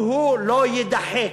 והוא לא יידחק.